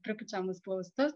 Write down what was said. pripučiamus plaustus